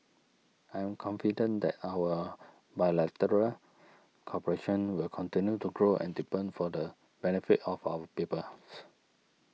I am confident that our bilateral cooperation will continue to grow and deepen for the benefit of our peoples